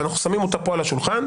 ואנחנו שמים אותה פה על השולחן.